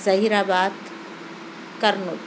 Zaheerabad کرنُد